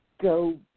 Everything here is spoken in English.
go